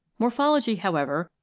morphology, however,